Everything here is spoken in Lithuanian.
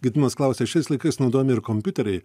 gediminas klausia šiais laikais naudojami ir kompiuteriai